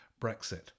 Brexit